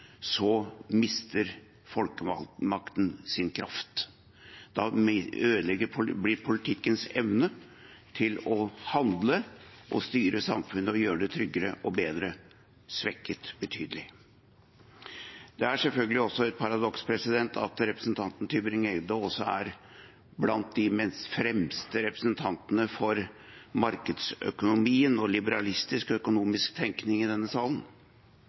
mister folkemakten sin kraft. Da blir politikkens evne til å handle og styre samfunnet og gjøre det tryggere og bedre svekket betydelig. Det er selvfølgelig også et paradoks at representanten Tybring-Gjedde er blant de fremste representantene for markedsøkonomien og liberalistisk økonomisk tenkning i denne salen.